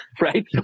Right